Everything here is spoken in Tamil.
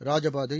ராஜபாதை